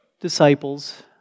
disciples